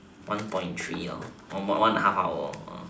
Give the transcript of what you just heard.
one point three lor one mor~ one and half hour lor err